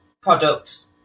products